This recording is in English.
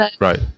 right